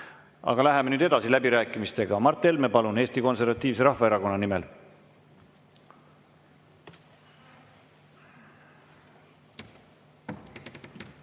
läheme nüüd edasi läbirääkimistega. Mart Helme, palun, Eesti Konservatiivse Rahvaerakonna nimel!